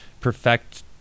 perfect